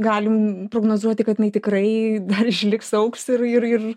galim prognozuoti kad jinai tikrai dar išliks augs ir ir ir